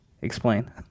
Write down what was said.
Explain